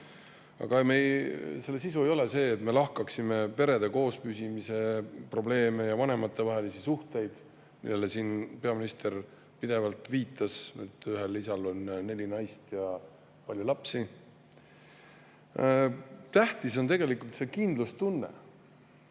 tagajärjed. Selle sisu ei ole see, nagu me lahkaksime perede koospüsimise probleeme ja vanematevahelisi suhteid. Peaminister pidevalt viitas, et ühel isal on neli naist ja palju lapsi. Tähtis on tegelikult kindlustunne.